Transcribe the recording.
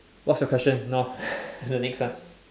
what's your question now the next one